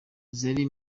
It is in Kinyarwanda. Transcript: zari